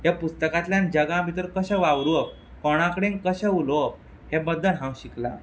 ह्या पुस्तकांतल्यान जगा भितर कशें वावरप कोणा कडेन कशें उलोवप हे बद्दल हांव शिकलां